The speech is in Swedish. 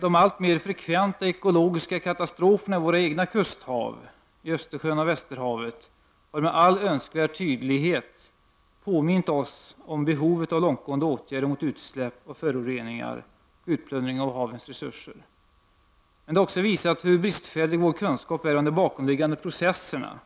De alltmer frekventa ekologiska katastroferna i våra egna kusthav, i Östersjön och i Västerhavet, har med all önskvärd tydlighet påmint oss om behovet av långtgående åtgärder mot utsläpp av föroreningar och utplundring av havens resurser. Men det har också visat på hur bristfällig vår kunskap är om de bakomliggande processerna,